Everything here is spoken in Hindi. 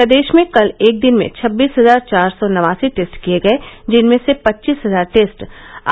प्रदेश में कल एक दिन में छब्बीस हजार चार सौ नवासी टेस्ट किए गए जिनमें से पच्चीस हजार टेस्ट